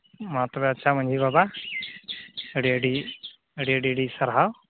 ᱢᱟ ᱛᱚᱵᱮ ᱟᱪᱪᱷᱟ ᱢᱟᱺᱡᱷᱤ ᱵᱟᱵᱟ ᱟᱹᱰᱤ ᱟᱹᱰᱤ ᱟᱹᱰᱤ ᱟᱹᱰᱤ ᱥᱟᱨᱦᱟᱣ